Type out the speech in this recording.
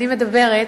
אני מדברת,